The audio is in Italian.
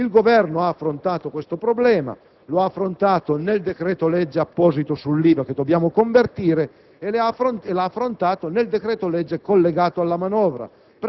Il Governo ha affrontato questo problema; lo ha affrontato nell'apposito decreto-legge sull'IVA che dobbiamo convertire, lo ha affrontato nel decreto-legge collegato alla manovra,